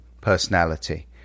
personality